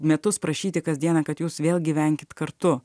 metus prašyti kasdieną kad jūs vėl gyvenkit kartu